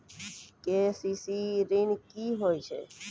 KCC ॠन की होय छै?